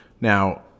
Now